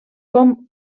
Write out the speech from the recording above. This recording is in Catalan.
com